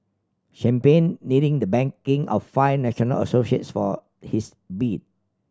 champagne needing the backing of five national associations for his bid